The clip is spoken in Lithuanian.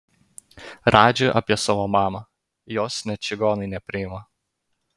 radži apie savo mamą jos net čigonai nepriima